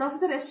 professor S